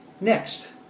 Next